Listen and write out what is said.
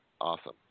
awesome